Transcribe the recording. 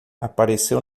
apareceu